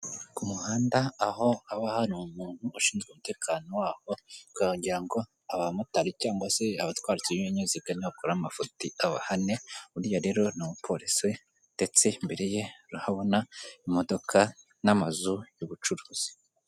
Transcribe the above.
Ku muhanda aho haba hari umuntu ushinzwe umutekano waho kugira ngo abamotari cyangwa se abatwara ibinyaziga nibakora amafuti abahane, burya rero ni umupolisi ndetse imbere ye urahabona imodoka n'amazu y'ubucuruzi.